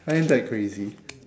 I ain't that crazy